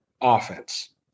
offense